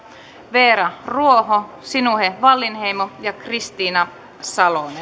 veera ruoho sinuhe wallinheimo ja kristiina salonen